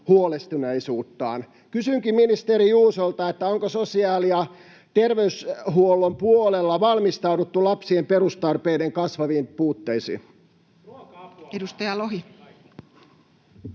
huolestuneisuuttaan. Kysynkin ministeri Juusolta: onko sosiaali- ja terveydenhuollon puolella valmistauduttu lapsien perustarpeiden kasvaviin puutteisiin?